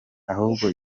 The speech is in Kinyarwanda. ahubwo